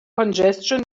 congestion